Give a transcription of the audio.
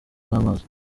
n’amazi